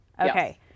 okay